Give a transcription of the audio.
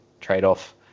trade-off